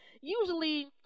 usually